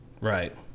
right